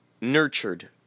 nurtured